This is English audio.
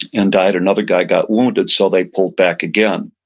and died. another guy got wounded so they pulled back again.